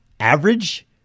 Average